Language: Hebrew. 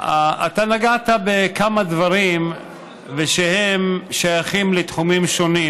אתה נגעת בכמה דברים ששייכים לתחומים שונים,